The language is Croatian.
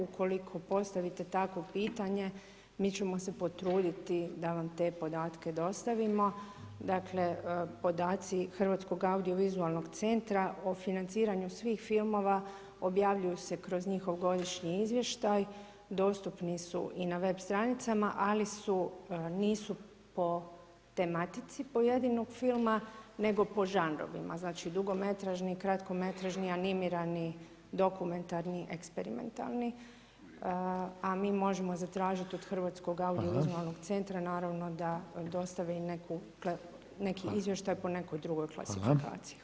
Ukoliko postavite takvo pitanje mi ćemo se potruditi da vam te podatke dostavimo, dakle podaci Hrvatskog audiovizualnog centra o financiranju svih filmova objavljuju se kroz njihov godišnji izvještaj, dostupni su i na web stranicama, ali nisu po tematici pojedinog filma, nego po žanrovima, znači dugometražni, kratkometražni, animirani, dokumentarni, eksperimentalni, a mi možemo zatražit od Hrvatskog audiovizualnog centra da dostavi neki izvještaj po nekoj drugoj klasifikaciji.